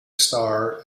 star